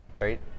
right